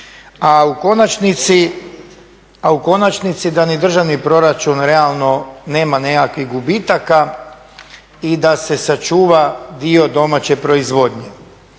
A u konačnici da ni državni proračun realno nema nekakvih gubitaka i da se sačuva dio domaće proizvodnje.